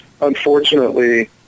unfortunately